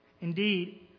Indeed